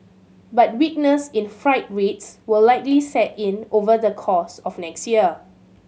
but weakness in freight rates will likely set in over the course of next year